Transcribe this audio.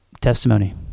testimony